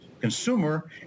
consumer